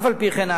אף-על-פי-כן,